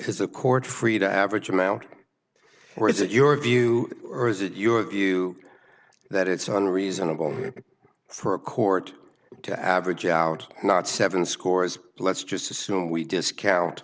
has the court free to average amount or is it your view or is it your view that it's on reasonable for a court to average out not seven scores let's just assume we discount